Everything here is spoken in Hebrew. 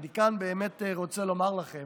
אני כאן באמת רוצה לומר לכם